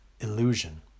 Illusion